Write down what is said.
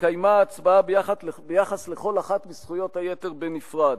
התקיימה הצבעה ביחס לכל אחת מזכויות היתר בנפרד.